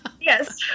Yes